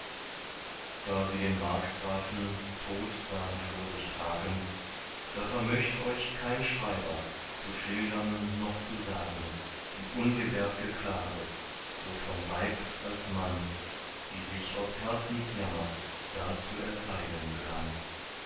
da sie den markgrafen tot sahn vor sich tragen da vermöcht euch kein schreiber zu schildern noch zu sagen die ungebärdge klage so von weib als mann die sich aus herzensjammer da zu erzeigen begann